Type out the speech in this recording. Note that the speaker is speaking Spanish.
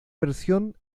versión